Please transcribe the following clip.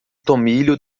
tomilho